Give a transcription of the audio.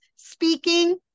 Speaking